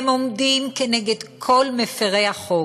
הם עומדים נגד כל מפרי החוק,